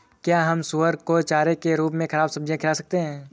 क्या हम सुअर को चारे के रूप में ख़राब सब्जियां खिला सकते हैं?